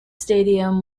stadium